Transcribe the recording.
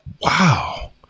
wow